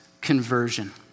conversion